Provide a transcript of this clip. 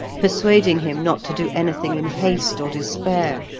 persuading him not to do anything in haste or despair.